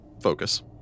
focus